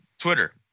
Twitter